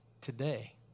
today